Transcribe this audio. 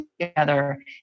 together